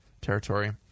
territory